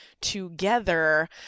together